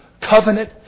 covenant